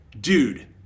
dude